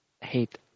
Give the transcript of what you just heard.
hate